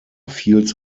fields